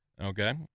Okay